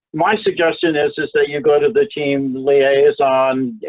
my suggestion is is that you go to the team liaison,